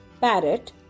parrot